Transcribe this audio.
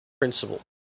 principle